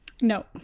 no